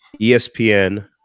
ESPN